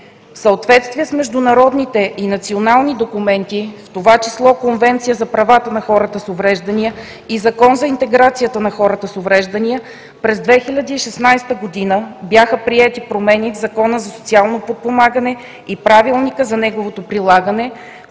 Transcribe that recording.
В съответствие с международните и национални документи, в това число Конвенция за правата на хората с увреждания и Закон за интеграцията на хората с увреждания, през 2016 г. бяха приети промени в Закона за социално подпомагане и Правилника за неговото прилагане,